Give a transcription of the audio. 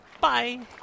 bye